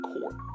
Court